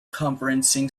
conferencing